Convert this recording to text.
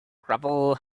gravel